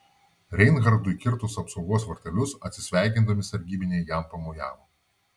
reinhartui kirtus apsaugos vartelius atsisveikindami sargybiniai jam pamojavo